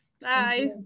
Bye